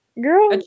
Girl